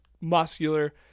muscular